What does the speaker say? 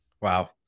Wow